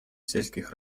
сельских